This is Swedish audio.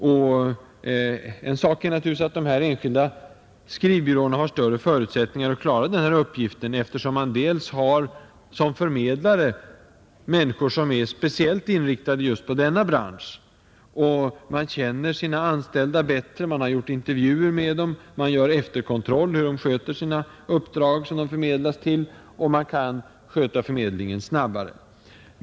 En annan sak är naturligtvis att de enskilda skrivbyråerna har större förutsättningar att klara denna uppgift, eftersom de har som förmedlare människor som är speciellt inriktade på just denna bransch, eftersom de känner sina anställda bättre — de har gjort intervjuer med dem, och de gör efterkontroll av hur de sköter sina uppdrag — och eftersom de också kan utföra förmedlingen snabbare.